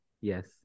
Yes